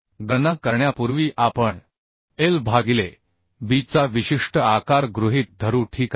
गणना करण्यापूर्वी आपण l भागिले b चा विशिष्ट आकार गृहीत धरू ठीक आहे